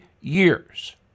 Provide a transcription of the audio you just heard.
years